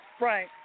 Right